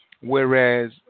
Whereas